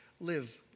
live